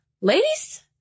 ladies